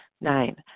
Nine